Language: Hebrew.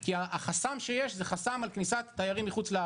כי החסם שיש הוא חסם על כניסת תיירים מחוץ לארץ.